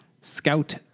Scout